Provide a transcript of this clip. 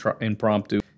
impromptu